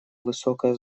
высокое